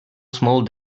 small